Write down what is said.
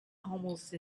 almost